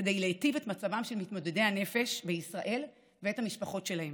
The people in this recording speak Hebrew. כדי להיטיב את מצבם של מתמודדי הנפש בישראל ושל המשפחות שלהם.